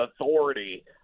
authority